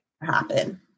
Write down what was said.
happen